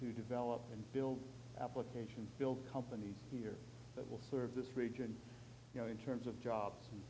to develop and build applications build companies here that will serve this region you know in terms of jobs